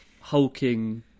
hulking